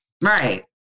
Right